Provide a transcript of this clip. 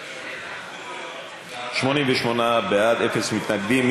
88 בעד, אפס מתנגדים.